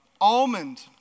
almond